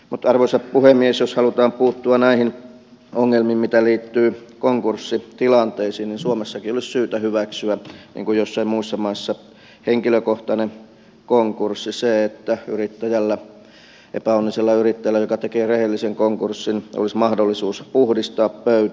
mutta arvoisa puhemies jos halutaan puuttua näihin ongelmiin mitä liittyy konkurssitilanteisiin niin suomessakin olisi syytä hyväksyä niin kuin joissain muissa maissa henkilökohtainen konkurssi se että epäonnisella yrittäjällä joka tekee rehellisen konkurssin olisi mahdollisuus puhdistaa pöytä